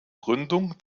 gründung